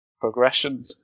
Progression